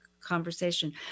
conversation